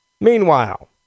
Meanwhile